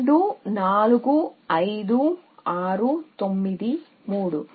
2 4 5 6 9 3